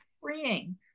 freeing